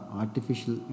artificial